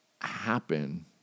happen